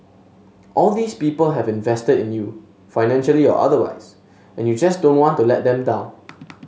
all these people have invested in you financially or otherwise and you just don't want to let them down